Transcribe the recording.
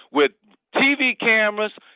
with tv cameras,